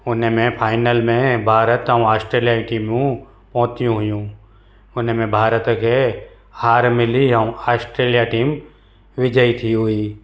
हुन में फाइनल में भारत ऐं ऑस्ट्रेलिया जी टीमूं पहुती हुयूं हुन में भारत खे हार मिली ऐं ऑस्टेलिया टीम विजय थी हुई